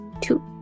two